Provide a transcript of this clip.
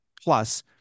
plus